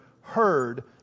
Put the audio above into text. heard